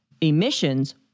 emissions